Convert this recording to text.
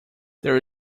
there